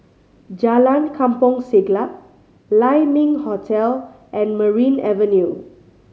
Jalan Kampong Siglap Lai Ming Hotel and Merryn Avenue